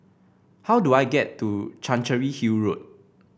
how do I get to Chancery Hill Road